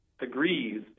agrees